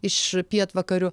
iš pietvakarių